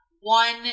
One